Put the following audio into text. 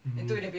mm